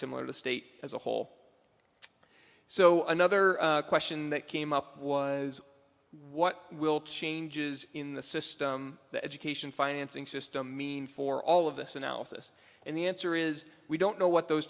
similar to state as a whole so another question that came up was what will changes in the system the education financing system mean for all of this analysis and the answer is we don't know what those